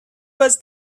was